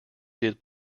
did